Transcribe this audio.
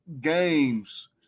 games